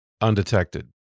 undetected